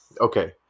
Okay